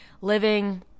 living